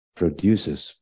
produces